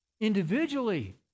individually